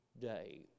day